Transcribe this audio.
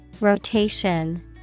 Rotation